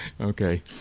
okay